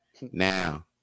Now